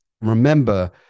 Remember